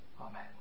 Amen